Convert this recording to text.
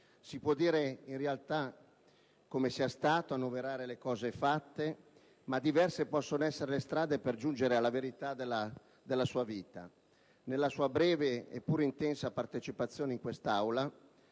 Si può dire in realtà come sia stato, annoverare le cose fatte, ma diverse possono essere le strade per giungere alla verità della sua vita. Nella sua breve, e pure intensa, partecipazione in quest'Aula,